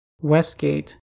Westgate